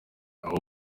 abo